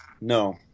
No